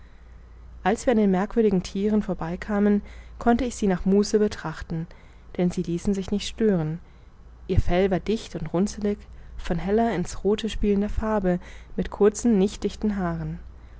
als wir an den merkwürdigen thieren vorbei kamen konnte ich sie nach muße betrachten denn sie ließen sich nicht stören ihr fell war dicht und runzelig von heller in's rothe spielender farbe mit kurzen nicht dichten haaren